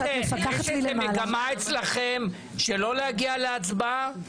יש איזו מגמה אצלכם שלא להגיע להצבעה?